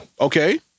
Okay